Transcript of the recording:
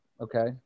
okay